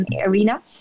arena